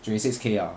twenty six K liao